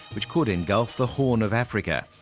which could engulf the horn of africa.